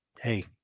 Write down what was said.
hey